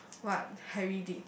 what Harry did